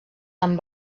amb